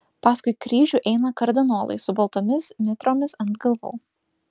paskui kryžių eina kardinolai su baltomis mitromis ant galvų